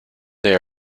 they